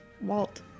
walt